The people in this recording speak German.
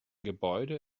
gebäude